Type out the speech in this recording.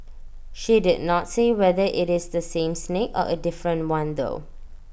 she did not say whether IT is the same snake or A different one though